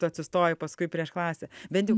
tu atsistoji paskui prieš klasę bent jau